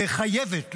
חייבת,